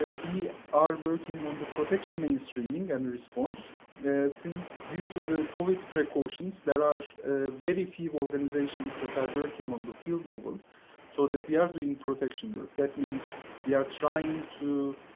ah are working on the protection mainstreaming and the response since due to the covid precautions, there are very few organizations that are working on the field level so that we are doing protection work. that means we are trying to